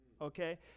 okay